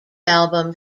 album